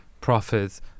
profits